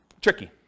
tricky